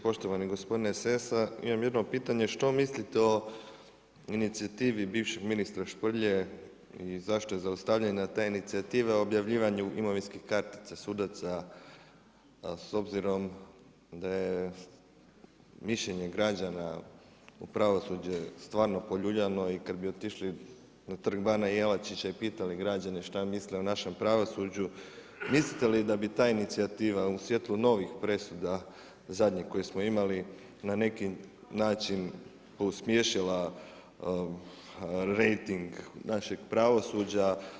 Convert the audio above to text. Poštovani gospodine Sessar imam jedno pitanje, što mislite o inicijativi bivšeg ministra Šprlje i zašto je zaustavljanja ta inicijativa o objavljivanju imovinskih kartica sudaca, s obzirom da je mišljenje građana u pravosuđe stvarno poljuljano i kad bi otišli na Trg Bana Jelačića i pitali građane što misle o našem pravosuđu, mislite li da bi ta inicijativa u svijetu novih presuda, zadnje koje smo imali na neki način uspješila rejting našeg pravosuđa.